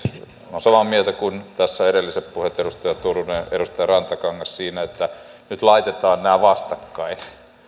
olen samaa mieltä kuin tässä edelliset puhujat edustaja turunen ja edustaja rantakangas siitä että nyt laitetaan nämä vastakkain